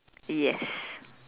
yes